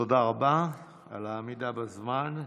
תודה רבה על העמידה בזמן.